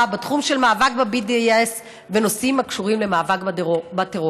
בתחום של המאבק ב-BDS ובנושאים הקשורים למאבק בטרור.